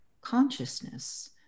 consciousness